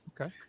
Okay